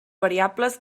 variables